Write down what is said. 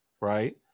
Right